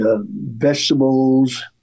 vegetables